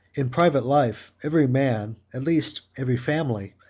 in private life every man, at least every family,